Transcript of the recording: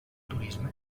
turisme